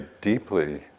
deeply